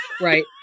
right